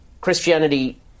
Christianity